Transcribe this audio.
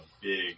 big